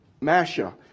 Masha